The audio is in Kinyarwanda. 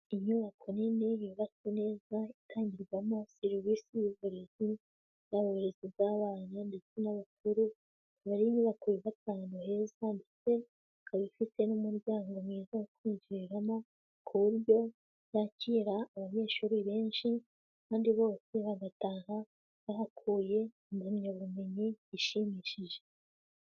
Inyubako nini yubatswe neza itangirwamo serivisi y'uburezi, yaba uburezi bw'abana ndetse n'abakuru, ika ari inyubako yubatse ahantu heza ndetse ikaba ifite n'umuryango mwiza wo kwinjiriramo ku buryo yakira abanyeshuri benshi, kandi bose bagataha bahakuye impamyabumenyi ishimishije.